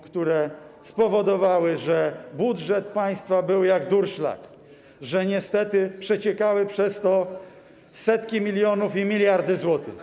Ooo... ...które spowodowały, że budżet państwa był jak durszlak, że niestety przeciekały przez to setki milionów i miliardy złotych.